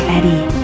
Eddie